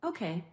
Okay